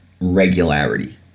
regularity